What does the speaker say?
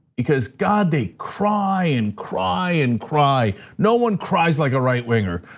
because god, they cry and cry and cry. no one cries like a right-winger.